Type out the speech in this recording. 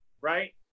right